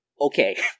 Okay